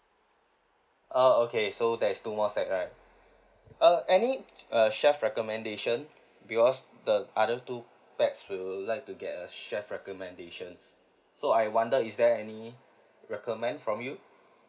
oh okay so there is two more set right uh any uh chef recommendation because the other two pax would like to get a chef recommendations so I wonder is there any recommend from you